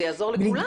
זה יעזור לכולם,